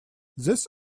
this